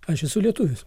aš esu lietuvis